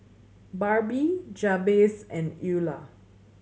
Barbie Jabez and Eulah